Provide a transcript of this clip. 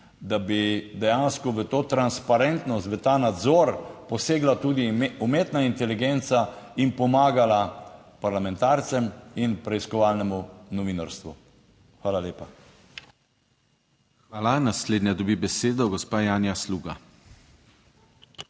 da bi dejansko v to transparentnost, v ta nadzor posegla tudi umetna inteligenca in pomagala parlamentarcem in preiskovalnemu novinarstvu. Hvala lepa. **PODPREDSEDNIK DANIJEL KRIVEC:** Hvala. Naslednja dobi besedo gospa Janja Sluga.